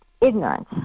ignorance